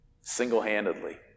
Single-handedly